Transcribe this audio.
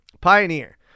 Pioneer